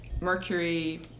Mercury